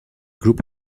group